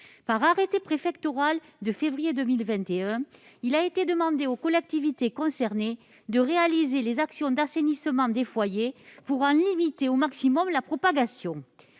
Par arrêté préfectoral du 19 février 2021, il a été demandé aux collectivités concernées de réaliser les actions d'assainissement des foyers pour en limiter au maximum la propagation.